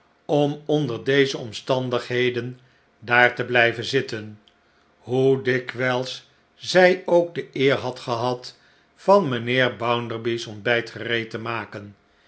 om onder deze omstandigheden daar te blijven zitten hoe dikwijls zij ook de eer had gehad van mijnheer bounderby's ontbijt gereed te maken